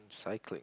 cycling